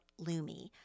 Lumi